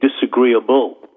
disagreeable